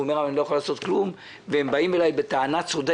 הוא אמר: אבל אני לא יכול לעשות כלום והם באים אלי בטענה צודקת,